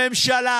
הממשלה